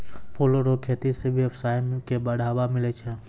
फूलो रो खेती से वेवसाय के बढ़ाबा मिलै छै